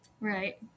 Right